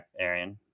arian